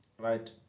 Right